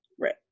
right